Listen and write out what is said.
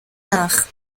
nach